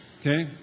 Okay